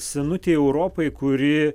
senutei europai kuri